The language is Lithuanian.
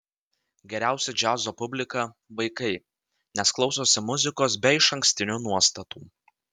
geriausia džiazo publika vaikai nes klausosi muzikos be išankstinių nuostatų